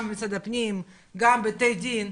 גם משרד הפנים וגם בתי דין.